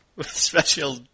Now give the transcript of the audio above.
special